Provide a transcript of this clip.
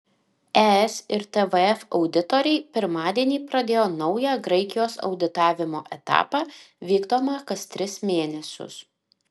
es ir tvf auditoriai pirmadienį pradėjo naują graikijos auditavimo etapą vykdomą kas tris mėnesius